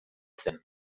zen